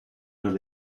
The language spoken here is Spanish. los